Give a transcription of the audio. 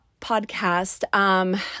podcast